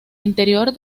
interior